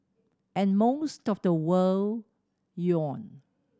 and most of the world yawned